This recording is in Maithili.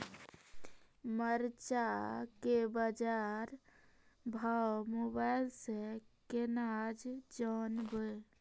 मरचा के बाजार भाव मोबाइल से कैनाज जान ब?